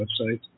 website